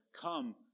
come